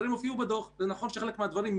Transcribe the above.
המתכונת של הדיון הזה,